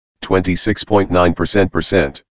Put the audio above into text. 26.9%